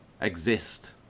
exist